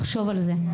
לחשוב על זה.